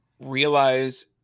realize